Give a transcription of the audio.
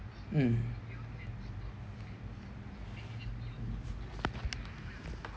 mm